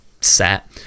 set